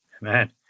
man